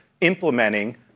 implementing